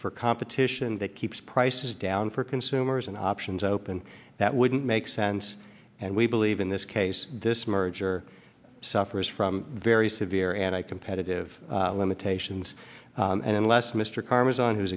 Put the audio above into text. for competition that keeps prices down for consumers and options open that wouldn't make sense and we believe in this case this merger suffers from very severe anti competitive limitations and unless mr karzai who's